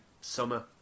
summer